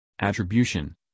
attribution